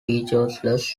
featureless